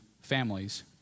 families